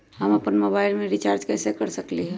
हम अपन मोबाइल में रिचार्ज कैसे कर सकली ह?